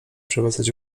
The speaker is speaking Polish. przewracać